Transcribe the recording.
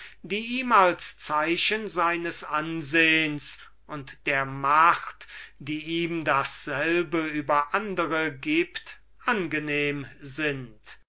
die ihm als zeichen seines ansehens und der macht die ihm dasselbe über andre gibt angenehm sind